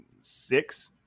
six